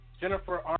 Jennifer